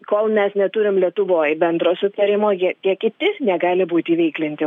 kol mes neturim lietuvoj bendro sutarimo jie jie kiti negali būti įveiklinti